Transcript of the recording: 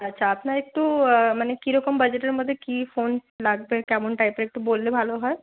আচ্ছা আপনার একটু মানে কীরকম বাজেটের মধ্যে কী ফোন লাগবে কেমন টাইপের একটু বললে ভালো হয়